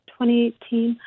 2018